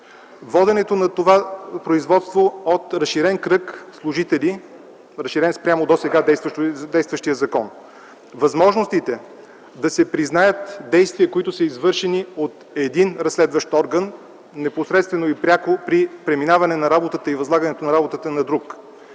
воденето на това производство от разширен кръг служители – разширен спрямо досега действащия закон – възможностите да се признаят действия, които са извършени от един разследващ орган непосредствено и пряко при преминаване на работата и възлагането на работата на друг,